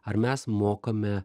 ar mes mokame